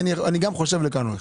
אני חושב לכאן ולכאן.